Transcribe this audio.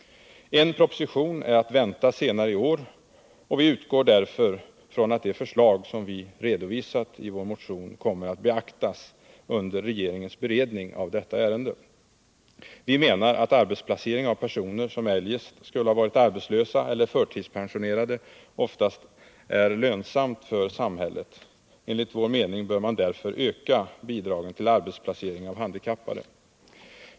En proposition är att vänta senare i år. Vi utgår därför från att de förslag som vi redovisat i vår motion kommer att beaktas under regeringens beredning av detta ärende. Vi menar att arbetsplacering av personer som eljest skulle ha varit arbetslösa eller förtidspensionerade oftast är lönsam för samhället. Enligt vår mening bör man därför öka bidragen till arbetsplacering av handikappade.